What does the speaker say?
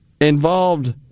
involved